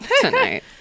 Tonight